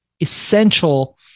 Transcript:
essential